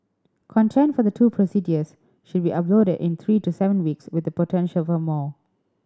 content for the two procedures should be uploaded in three to seven weeks with the potential for more